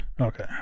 Okay